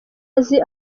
azi